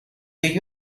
the